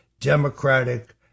Democratic